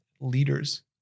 leaders